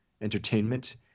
entertainment